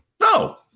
No